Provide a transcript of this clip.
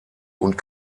und